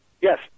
Yes